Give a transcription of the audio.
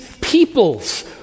peoples